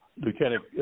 lieutenant